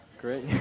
Great